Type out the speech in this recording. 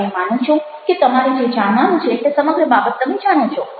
તમે માનો છો કે તમારો જે જાણવાનું છે તે સમગ્ર બાબત તમે જાણો છો